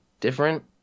different